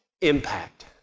impact